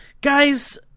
Guys